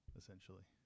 essentially